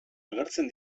agertzen